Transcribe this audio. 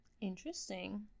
Interesting